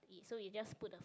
to eat so we just put the food